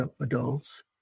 adults